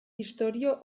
istorio